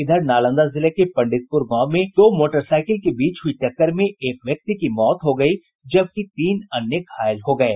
इधर नालंदा जिले के पंडितपुर गांव में दो मोटरसाईकिल के बीच हुई टक्कर में एक व्यक्ति की मौत हो गयी जबकि तीन अन्य घायल हो गये